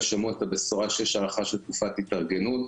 שומעות את הבשורה שיש הארכה של תקופת התארגנות,